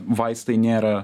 vaistai nėra